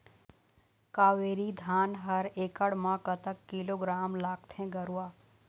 कावेरी धान हर एकड़ म कतक किलोग्राम लगाथें गरवा?